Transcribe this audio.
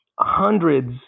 hundreds